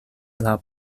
laŭ